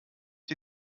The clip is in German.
dir